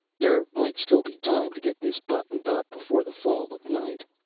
there might still be time to get this buttoned up before the fall of night.